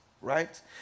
right